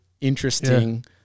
interesting